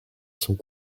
sont